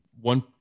one